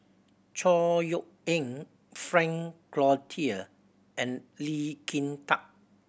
Chor Yeok Eng Frank Cloutier and Lee Kin Tat